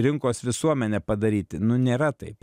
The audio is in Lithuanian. rinkos visuomenę padaryti nu nėra taip